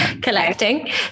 collecting